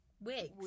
wigs